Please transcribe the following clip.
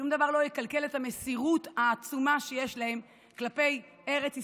שום דבר לא יקלקל את המסירות העצומה שיש להם כלפי ארץ ישראל,